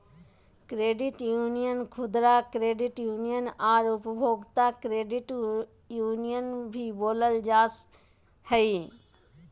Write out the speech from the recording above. credit union खुदरा credit union आर उपभोक्ता क्रेडिट यूनियन भी बोलल जा हइ